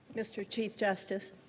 mr. chief justice